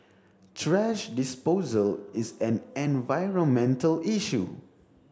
thrash disposal is an environmental issue